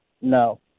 No